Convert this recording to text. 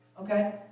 Okay